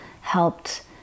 helped